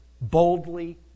boldly